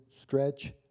stretch